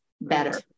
better